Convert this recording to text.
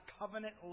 covenant